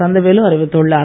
கந்தவேல் அறிவித்துள்ளார்